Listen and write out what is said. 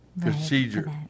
procedure